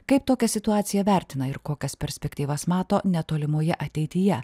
kaip tokią situaciją vertina ir kokias perspektyvas mato netolimoje ateityje